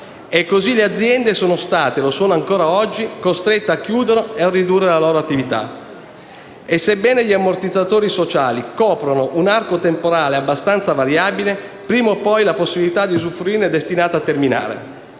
Così le aziende sono state (e lo sono ancora oggi) costrette a chiudere o a ridurre la loro attività. E, sebbene gli ammortizzatori sociali coprano un arco temporale abbastanza variabile, prima o poi la possibilità di usufruirne è destinata a terminare.